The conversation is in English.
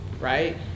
right